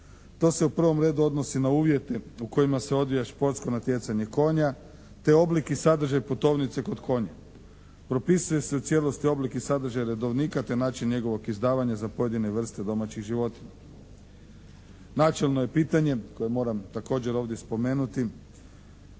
To se u prvom redu odnosi na uvjete u kojima se odvija športsko natjecanje konja te oblik i sadržaj putovnice kod konja. Propisuje se u cijelosti oblik i sadržaj redovnika te način njegovog izdavanja za pojedine vrste domaćih životinja. Načelno je pitanje koje moram također ovdje spomenuti